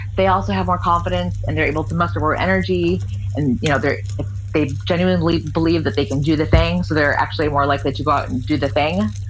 they also have more confidence and they're able to muster more energy and you know they genuinely believe that they can do the thing so they're actually more likely to go out and do the thing.